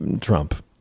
Trump